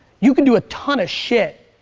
you can do a ton of shit,